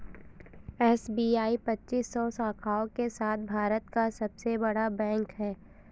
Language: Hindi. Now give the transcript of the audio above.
एस.बी.आई पच्चीस सौ शाखाओं के साथ भारत का सबसे बड़ा बैंक है